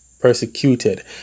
persecuted